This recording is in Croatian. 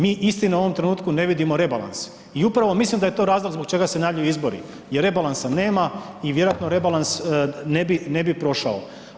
Mi istina u ovom trenutku ne vidimo rebalans i upravo mislim da je to razlog zbog čega se najavljuju izbori jer rebalansa nema i vjerojatno rebalans ne bi, ne bi prošao.